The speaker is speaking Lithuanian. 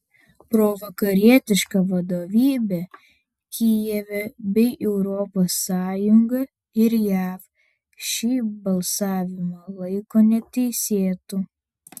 provakarietiška vadovybė kijeve bei europos sąjunga ir jav šį balsavimą laiko neteisėtu